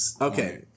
Okay